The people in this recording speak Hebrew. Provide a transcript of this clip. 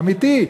אמיתי.